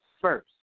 first